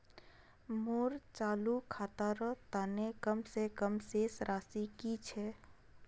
मोर चालू खातार तने कम से कम शेष राशि कि छे?